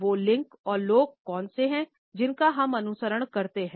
वो लिंक और लोग कौन से हैं जिनका हम अनुसरण करते हैं